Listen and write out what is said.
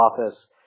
office